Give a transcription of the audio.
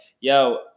yo